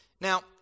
Now